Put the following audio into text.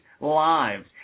lives